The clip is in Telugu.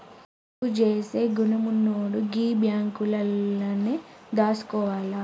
పొదుపు జేసే గుణమున్నోడు గీ బాంకులల్లనే దాసుకోవాల